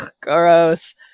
gross